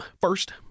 first